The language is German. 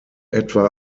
etwa